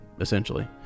essentially